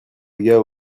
gars